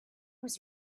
was